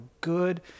good